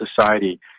society